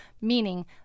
meaning